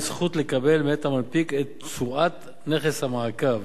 זכות לקבל מאת המנפיק את תשואת נכס המעקב,